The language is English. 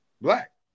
Black